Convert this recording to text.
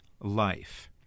life